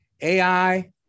AI